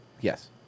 Yes